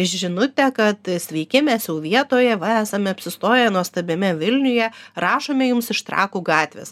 žinutę kad sveiki mes jau vietoje va esame apsistoję nuostabiame vilniuje rašome jums iš trakų gatvės